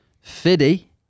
Fiddy